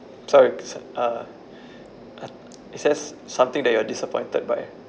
sorry s~ uh uh it says something that you are disappointed by